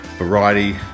variety